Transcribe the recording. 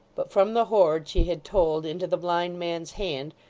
but from the hoard she had told into the blind man's hand,